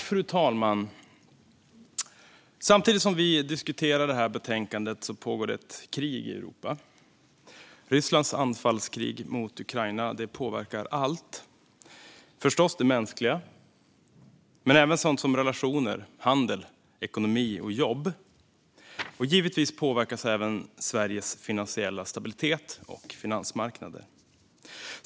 Fru talman! Samtidigt som vi diskuterar detta betänkande pågår ett krig i Europa. Rysslands anfallskrig mot Ukraina påverkar allt, förstås det mänskliga, men även sådant som relationer, handel, ekonomi och jobb. Givetvis påverkas även Sveriges finansiella stabilitet och finansmarknader.